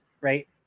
Right